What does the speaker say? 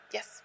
Yes